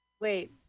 wait